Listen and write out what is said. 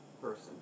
person